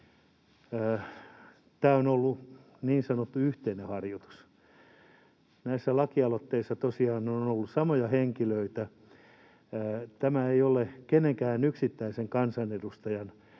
tämä on ollut niin sanottu yhteinen harjoitus. Näissä lakialoitteissa tosiaan on ollut samoja henkilöitä. Tämä ei ole kenenkään yksittäisen kansanedustajan